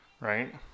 Right